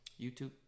YouTube